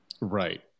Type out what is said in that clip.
Right